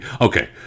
Okay